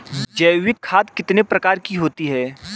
जैविक खाद कितने प्रकार की होती हैं?